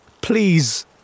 Please